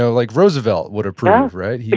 so like roosevelt would approve, right? yeah